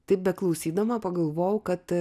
taip beklausydama pagalvojau kad